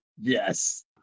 Yes